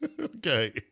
Okay